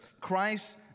Christ